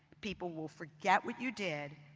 people will forget what you did,